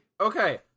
Okay